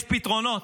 יש פתרונות,